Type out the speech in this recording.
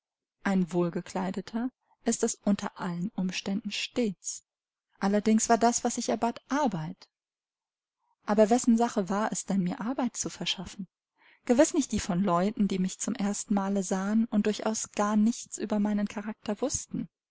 ein wohlgekleideter ist es unter allen umständen stets allerdings war das was ich erbat arbeit aber wessen sache war es denn mir arbeit zu verschaffen gewiß nicht die von leuten die mich zum erstenmale sahen und durchaus gar nichts über meinen charakter wußten